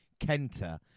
Kenta